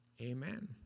Amen